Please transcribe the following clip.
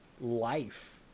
life